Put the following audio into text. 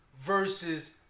versus